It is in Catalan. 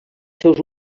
seus